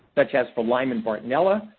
such as for lyme and bartonella.